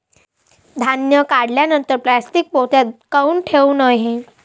धान्य काढल्यानंतर प्लॅस्टीक पोत्यात काऊन ठेवू नये?